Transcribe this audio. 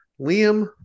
Liam